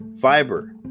fiber